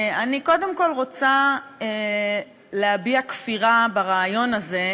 אני קודם כול רוצה להביע כפירה ברעיון הזה,